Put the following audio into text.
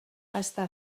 està